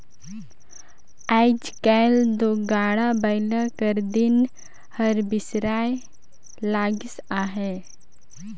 आएज काएल दो गाड़ा बइला कर दिन हर बिसराए लगिस अहे